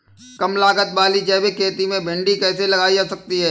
कम लागत वाली जैविक खेती में भिंडी कैसे लगाई जा सकती है?